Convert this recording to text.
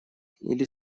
или